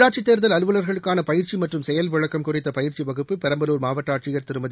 உள்ளாட்சி தேர்தல் அலுவலர்களுக்கான பயிற்சி மற்றும் செயல்விளக்கம் குறித்த பயிற்சி வகுப்பு பெரம்பலூர் மாவட்ட ஆட்சியர் திருமதி